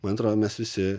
man atrodo mes visi